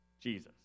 Jesus